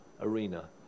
arena